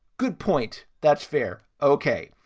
good point. that's fair. ok,